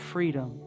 Freedom